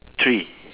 tree